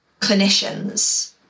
clinicians